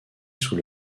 sous